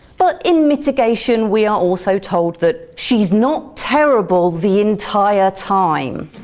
but in mitigation we are also told that she's not terrible the entire time.